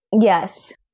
Yes